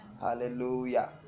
Hallelujah